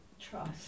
trust